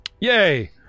Yay